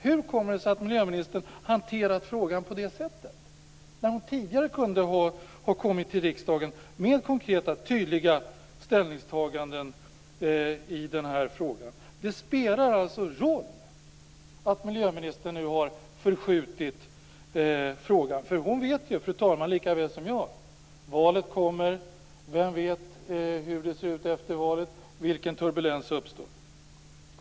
Hur kommer det sig att miljöministern hanterat frågan på det sättet när hon tidigare kunde ha kommit till riksdagen med konkreta och tydliga ställningstaganden i denna fråga? Det spelar alltså roll att miljöministern nu har förskjutit frågan. Hon vet lika väl som jag att valet kommer. Vem vet hur det ser ut efter valet, vilken turbulens som uppstår?